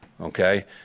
Okay